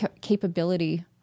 capability